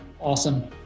Awesome